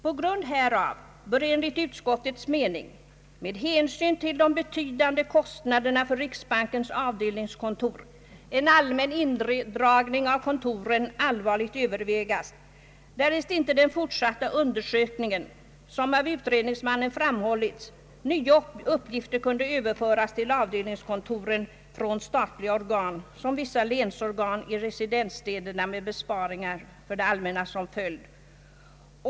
På grund härav bör enligt utskottets mening — med hänsyn till de betydande kostnaderna för riksbankens avdelningskontor — en allmän indragning av kontoren allvarligt övervägas, därest icke vid den fortsatta undersökningen, såsom av utredningsmannen framhållits, nya uppgifter kunna överföras till avdelningskontoren från andra statliga organ, såsom vissa länsorgan i residensstäderna, med besparingar för det allmänna som följd.